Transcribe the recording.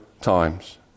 times